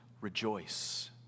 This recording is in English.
Rejoice